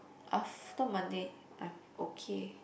after Monday I'm okay